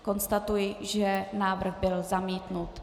Konstatuji, že návrh byl zamítnut.